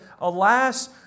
Alas